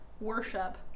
worship